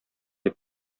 дип